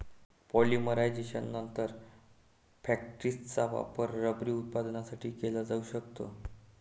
पॉलिमरायझेशननंतर, फॅक्टिसचा वापर रबर उत्पादनासाठी केला जाऊ शकतो